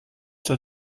zur